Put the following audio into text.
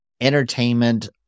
entertainment